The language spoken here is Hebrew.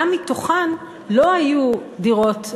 גם בתוכן לא היו דירות בנות-השגה.